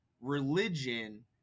religion